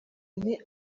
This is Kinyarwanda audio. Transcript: nti